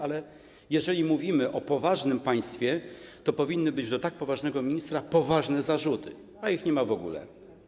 Ale jeżeli mówimy o poważnym państwie, to powinny być wobec tak poważnego ministra poważne zarzuty, a ich nie ma w ogóle.